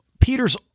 peter's